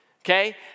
okay